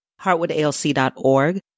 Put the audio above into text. HeartwoodALC.org